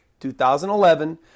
2011